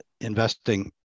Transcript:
investing